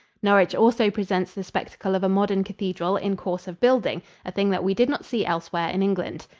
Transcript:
norwich also presents the spectacle of a modern cathedral in course of building, a thing that we did not see elsewhere in england.